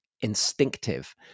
instinctive